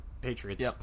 Patriots